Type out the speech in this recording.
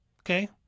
okay